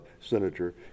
Senator